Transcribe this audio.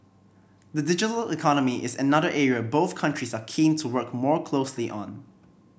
the digital economy is another area both countries are keen to work more closely on